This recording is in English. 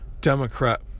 Democrat